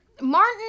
Martin